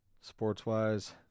sports-wise